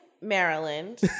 Maryland